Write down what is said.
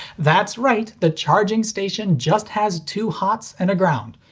that's right, the charging station just has two hots and a ground.